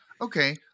okay